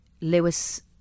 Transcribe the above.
Lewis